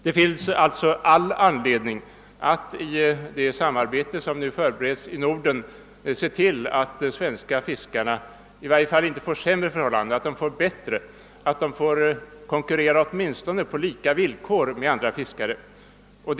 Det finns därför all anledning att i det nordiska samarbete som nu förberedes se till att de svenska fiskarna får bättre förhållanden och att de åtminstone får konkurrera på lika vill kor med fiskare från andra länder.